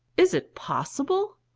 is it possible?